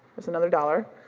that's another dollar